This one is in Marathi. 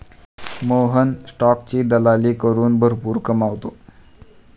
मोहन स्टॉकची दलाली करून भरपूर कमावतो